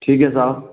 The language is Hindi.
ठीक है साहब